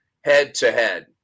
head-to-head